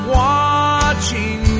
watching